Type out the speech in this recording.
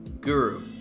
Guru